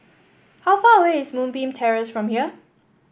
how far away is Moonbeam Terrace from here